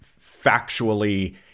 factually